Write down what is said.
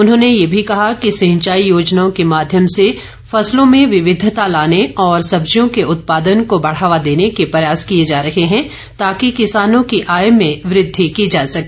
उन्होंने ये भी कहा कि सिंचाई योजनाओं के माध्यम से फसलों में विविधता लाने और सब्जियों के उत्पादन को बढ़ावा देने के प्रयास किए जा रहे हैं ताकि किसानों की आय में वृद्धि की जा सके